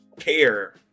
care